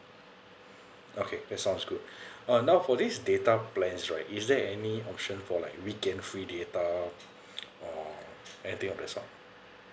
okay that sounds good uh now for this data plans right is there any option for like weekend free data or anything of that sort